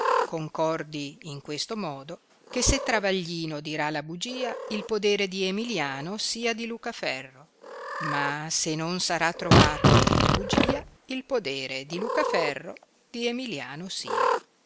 concordi in questo modo che se travaglino dirà la bugia il podere di emilliano sia di lucaferro ma se non sarà trovato in bugia il podere di lucaferro di emilliano sia